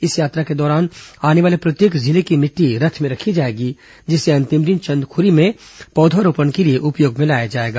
इस यात्रा के दौरान आने वाले प्रत्येक जिले की मि टी रथ में रखी जाएगी जिसे अंतिम दिन चंदखुरी में पौधारोपण के लिए उपयोग में लाया जाएगा